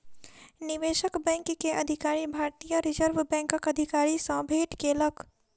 निवेशक बैंक के अधिकारी, भारतीय रिज़र्व बैंकक अधिकारी सॅ भेट केलक